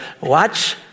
Watch